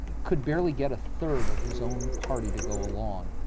could barely get a third of his own party to go along.